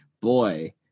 Boy